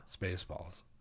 Spaceballs